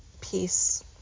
peace